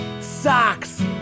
Socks